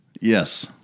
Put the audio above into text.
Yes